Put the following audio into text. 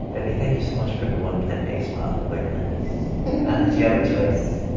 baby, thank you so much for going plant-based while i'm going plant-based, not that you have a choice